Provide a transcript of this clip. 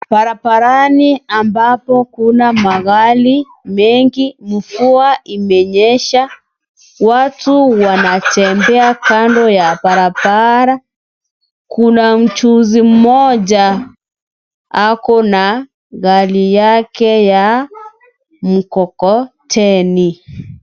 Barabarani ambapo kuna magari mengi mvua imenyesha, watu wanatembea kando ya barabara kuna mchuunzi mmoja ako na gari yake ya mkokoteni.